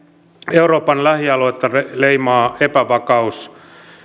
euroopan lähialuetta leimaa epävakaus